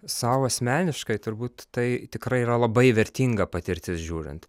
sau asmeniškai turbūt tai tikrai yra labai vertinga patirtis žiūrint